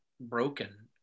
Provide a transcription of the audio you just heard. broken